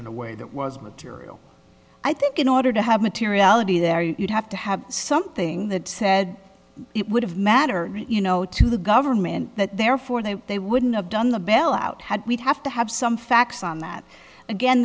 in a way that was material i think in order to have materiality there you'd have to have something that said it would have mattered you know to the government and that therefore they they wouldn't have done the bell out had we'd have to have some facts on that again